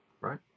right